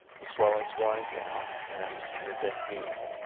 the swelling is going down, and you've been healed,